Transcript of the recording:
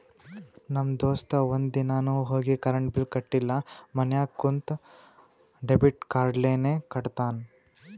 ನಮ್ ದೋಸ್ತ ಒಂದ್ ದಿನಾನು ಹೋಗಿ ಕರೆಂಟ್ ಬಿಲ್ ಕಟ್ಟಿಲ ಮನ್ಯಾಗ ಕುಂತ ಡೆಬಿಟ್ ಕಾರ್ಡ್ಲೇನೆ ಕಟ್ಟತ್ತಾನ್